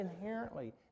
inherently